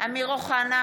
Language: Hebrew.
אמיר אוחנה,